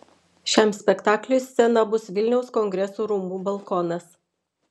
šiam spektakliui scena bus vilniaus kongresų rūmų balkonas